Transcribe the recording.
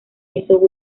eso